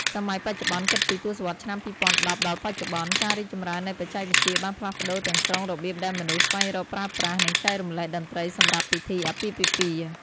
សម័យបច្ចុប្បន្ន គិតពី ទសវត្សរ៍ឆ្នាំ ២០១០ ដល់បច្ចុប្បន្ន ការរីកចម្រើននៃបច្ចេកវិទ្យាបានផ្លាស់ប្ដូរទាំងស្រុងរបៀបដែលមនុស្សស្វែងរក ប្រើប្រាស់ និងចែករំលែកតន្ត្រីសម្រាប់ពិធីអាពាហ៍ពិពាហ៍។